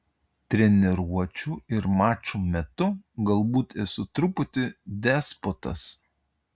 treniruočių ir mačų metu galbūt esu truputį despotas